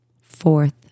Fourth